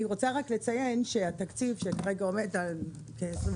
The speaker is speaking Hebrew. אני רוצה רק לציין שהתקציב שכרגע עומד על כ-21,